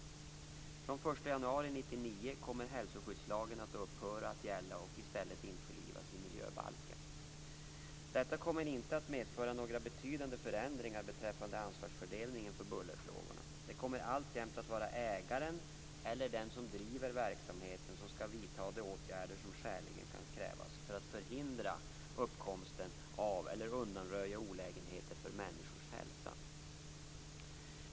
Den 1 januari 1999 kommer hälsoskyddslagen att upphöra att gälla och i stället införlivas i miljöbalken. Detta kommer inte att medföra några betydande förändringar beträffande ansvarsfördelningen för bullerfrågorna. Det kommer alltjämt att vara ägaren eller den som driver verksamheten som skall vidta de åtgärder som skäligen kan krävas för att förhindra uppkomsten av eller undanröja olägenheter för människors hälsa.